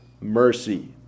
mercy